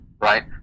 Right